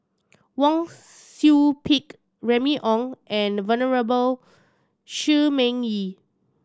Wang Su Pick Remy Ong and Venerable Shi Ming Yi